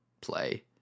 play